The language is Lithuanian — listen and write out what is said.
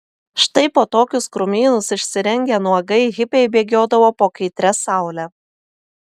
štai po tokius krūmynus išsirengę nuogai hipiai bėgiodavo po kaitria saule